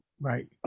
Right